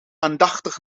aandachtig